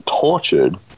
tortured